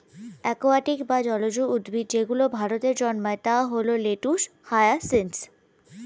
aquatic বা জলজ উদ্ভিদ যেগুলো ভারতে জন্মায় তা হল লেটুস, হায়াসিন্থ